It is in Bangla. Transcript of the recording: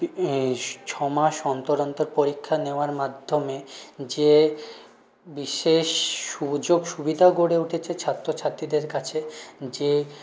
ছমাস অন্তর অন্তর পরীক্ষা নেওয়ার মাধ্যমে যে বিশেষ সুযোগ সুবিধাও গড়ে উঠেছে ছাত্রছাত্রীদের কাছে যে